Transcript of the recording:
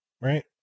right